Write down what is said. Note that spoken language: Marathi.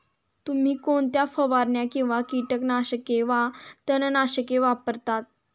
तुम्ही कोणत्या फवारण्या किंवा कीटकनाशके वा तणनाशके वापरता?